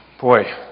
Boy